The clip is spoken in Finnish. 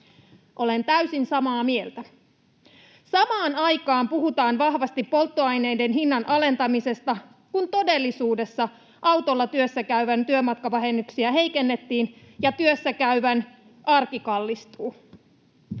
Olen täysin samaa mieltä. Samaan aikaan puhutaan vahvasti polttoaineiden hinnan alentamisesta, kun todellisuudessa autolla työssäkäyvän työmatkavähennyksiä heikennettiin ja työssäkäyvän arki kallistuu.